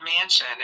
Mansion